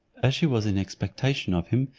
as she was in expectation of him,